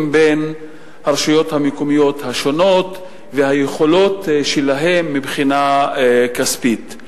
בין הרשויות המקומיות השונות והיכולות שלהן מבחינה כספית.